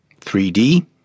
3D